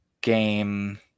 game